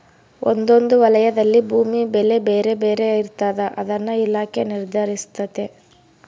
ಒಂದೊಂದು ವಲಯದಲ್ಲಿ ಭೂಮಿ ಬೆಲೆ ಬೇರೆ ಬೇರೆ ಇರ್ತಾದ ಅದನ್ನ ಇಲಾಖೆ ನಿರ್ಧರಿಸ್ತತೆ